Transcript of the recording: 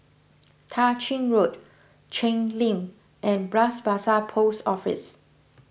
Tah Ching Road Cheng Lim and Bras Basah Post Office